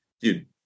dude